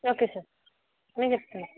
okay sir నేను చెప్తాను